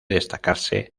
destacarse